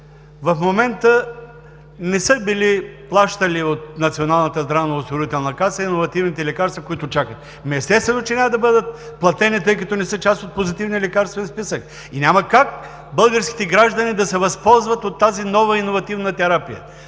в момента не са били плащали от Националната здравноосигурителна каса иновативните лекарства, които чакат. Естествено, че няма да бъдат платени, тъй като не са част от Позитивния лекарствен списък и няма как българските граждани да се възползват от тази нова иновативна терапия.